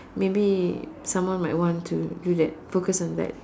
maybe someone might want to do that focus on that